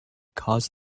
caused